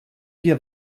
wir